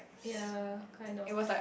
yea kind of